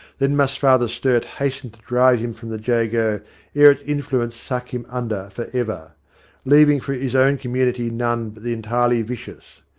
then must father sturt hasten to drive him from the jago ere its influence suck him under for ever leaving for his own community none but the entirely vicious.